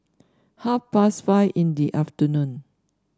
half past five in the afternoon